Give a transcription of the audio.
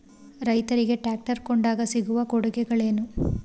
ರೈತರಿಗೆ ಟ್ರಾಕ್ಟರ್ ಕೊಂಡಾಗ ಸಿಗುವ ಕೊಡುಗೆಗಳೇನು?